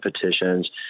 petitions